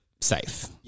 safe